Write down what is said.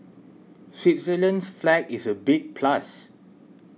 Switzerland's flag is a big plus